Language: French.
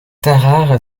tarare